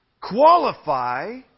qualify